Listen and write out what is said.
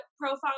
profile